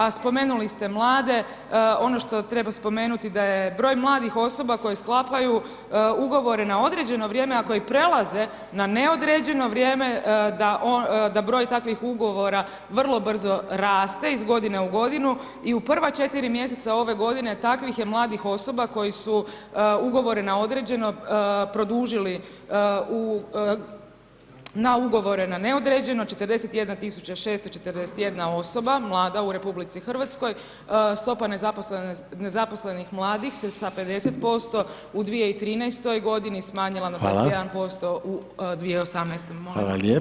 A spomenuli ste mlade, ono što treba spomenuti da je broj mladih osoba koje sklapaju ugovore na određeno vrijeme a koji prelaze na neodređeno vrijeme, da broj takvih ugovora vrlo brzo raste, iz godine u godinu i u prva 4 mj. ove godine takvih je mladih osoba koji su ugovore na određeno produžili na ugovore na neodređeno, 41 641 osoba mlada u RH, stopa nezaposlenih mladih se sa 50% u 2013. g. smanjila na 21% u 2018. g.